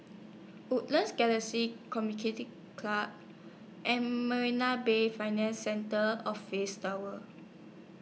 Woodlands Galaxy Club and Marina Bay Financial Centre Office Tower